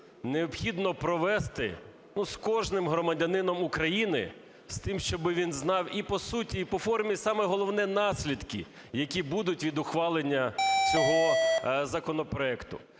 необхідно провести з кожним громадянином України з тим, щоб він знав і по суті, і по формі саме головне - наслідки, які будуть від ухвалення цього законопроекту.